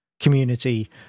community